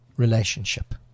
relationship